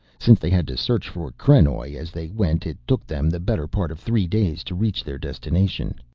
since they had to search for krenoj as they went it took them the better part of three days to reach their destination.